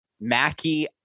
Mackie